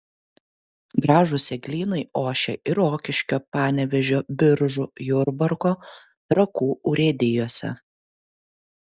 gražūs eglynai ošia ir rokiškio panevėžio biržų jurbarko trakų urėdijose